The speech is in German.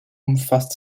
umfasst